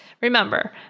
remember